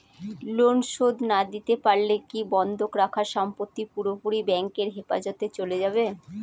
Loan শোধ না দিতে পারলে কি বন্ধক রাখা সম্পত্তি পুরোপুরি ব্যাংকের হেফাজতে চলে যাবে?